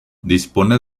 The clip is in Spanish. dispone